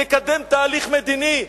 נקדם תהליך מדיני,